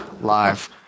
live